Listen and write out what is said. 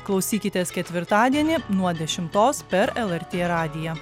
klausykitės ketvirtadienį nuo dešimtos per lrt radiją